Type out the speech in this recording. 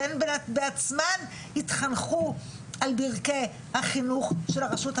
והן בעצמן התחנכו על ברכי החינוך של הרשות הפלסטיני,